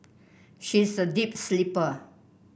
she is a deep sleeper